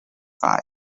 five